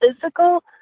physical